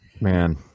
Man